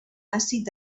àcid